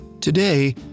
Today